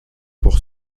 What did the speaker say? pour